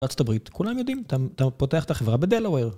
ארה״ב, כולם יודעים, אתה פותח את החברה בדלאוור.